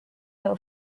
hill